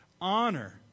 honor